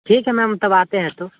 ठीक है मैम तब आते हैं तो